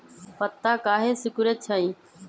पत्ता काहे सिकुड़े छई?